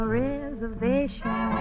reservation